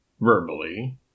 verbally